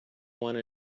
one